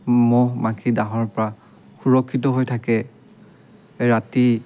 মহ মাখি ডাহৰ পৰা সুৰক্ষিত হৈ থাকে ৰাতি